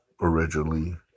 originally